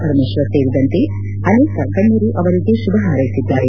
ಪರಮೇಶ್ವರ್ ಸೇರಿದಂತೆ ಅನೇಕ ಗಣ್ಣರು ಅವರಿಗೆ ಶುಭ ಪಾರೈಸಿದ್ದಾರೆ